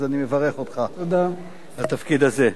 אז אני מברך אותך על התפקיד הזה.